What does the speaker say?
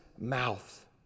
mouth